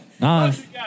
Nice